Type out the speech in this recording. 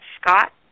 Scott